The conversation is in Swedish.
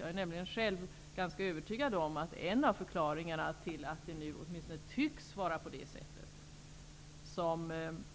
Jag är nämligen själv ganska övertygad om att en huvudförklaring till